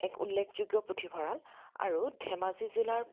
এক উল্লেখযোগ্য পুথিভঁৰাল আৰু ধেমাজি জিলাৰ